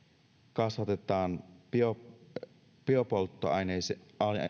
kasvatetaan biopolttoaineiden